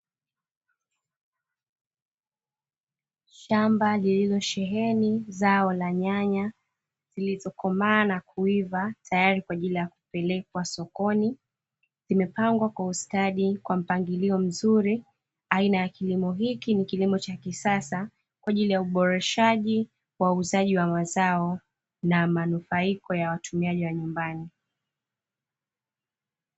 Shamba lililosheheni zao la nyanya, zilizokomaa na kuiva, tayari kwa ajili ya kupelekwa sokoni, limepangwa kwa ustadi kwa mpangilio mzuri. Aina ya kilimo hiki ni kilimo cha kisasa, kwa ajili ya uboreshaji wa uuzaji wa mazao, na manufaiko ya watumiaji wa nyumbani.